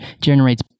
generates